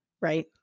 right